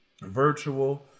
virtual